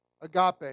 Agape